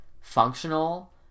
functional